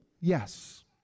Yes